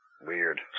Weird